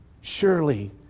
Surely